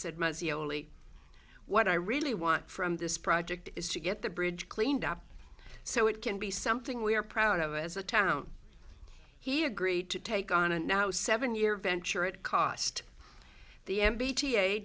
only what i really want from this project is to get the bridge cleaned up so it can be something we are proud of as a town he agreed to take on a now seven year venture it cost the